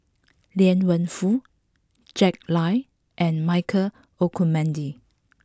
Liang Wenfu Jack Lai and Michael Olcomendy